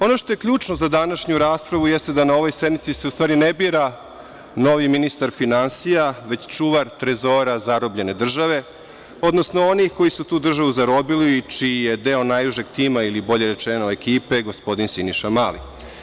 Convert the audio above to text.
Ono što je ključno za današnju raspravu jeste da se na ovoj sednici u stvari ne bira novi ministar finansija, već čuvar trezora zarobljene države, odnosno oni koji su tu državu zarobili i čiji je deo najužeg tima ili bolje rečeno ekipe gospodin Siniša Mali.